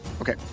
Okay